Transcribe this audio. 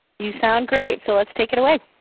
you sound great, so let's take it away!